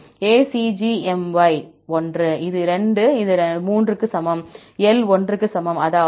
ACGMY 1 இது 2 இது 3 க்கு சமம் L 1 க்கு சமம் அதாவது 2